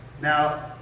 Now